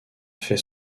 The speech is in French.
fait